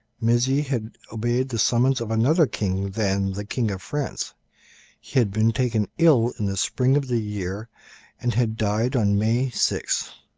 mezy had obeyed the summons of another king than the king of france. he had been taken ill in the spring of the year and had died on may six.